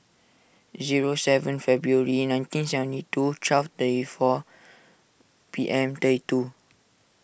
zero seven February nineteen seventy two twelve thirty four P M thirty two